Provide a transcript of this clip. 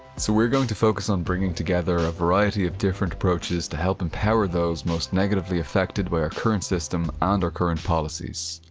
so we're going to focus on bringing together a variety of different approaches to help empower those most negatively affected by our current system and our current policies.